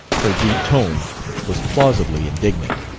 her deep tone was plausibly indignant.